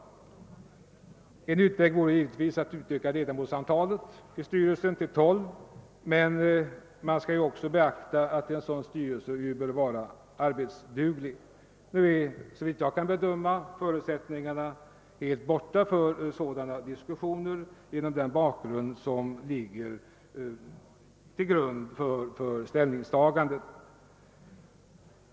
En utväg vore givetvis att utöka antalet styrelseledamöter till tolv, men vi måste också beakta att styrelsen bör vara arbetsduglig. Nu är, såvitt jag kan bedöma, förutsättningarna helt borta för sådana diskussioner mot bakgrund av de motiv som ligger till grund för ställningstagandet.